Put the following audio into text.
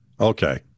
okay